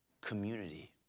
Community